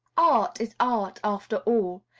art is art, after all,